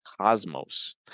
cosmos